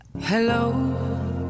Hello